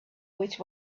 which